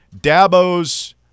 Dabo's